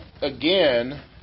again